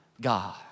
God